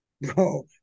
Bro